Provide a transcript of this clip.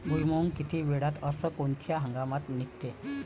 भुईमुंग किती वेळात अस कोनच्या हंगामात निगते?